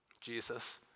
Jesus